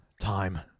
time